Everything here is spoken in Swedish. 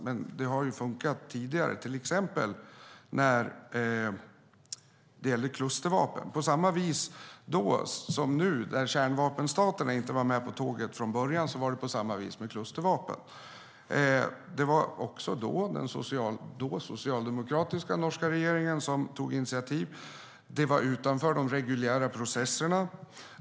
Men det har ju funkat tidigare, till exempel när det gäller klustervapen. Kärnvapenstaterna var inte med på tåget från början, och det var på samma vis med klustervapen. Det var då den socialdemokratiska norska regeringen som tog initiativ. Det var utanför de reguljära processerna.